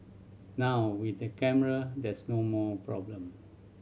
now with the camera there's no more problem